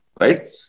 right